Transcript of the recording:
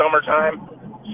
summertime